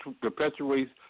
perpetuates